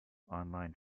online